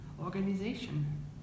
organization